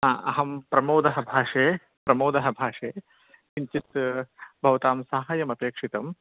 अहं प्रमोदः भाषे प्रमोदः भाषे किञ्चित् भवतां सहाय्यमपेक्षितम्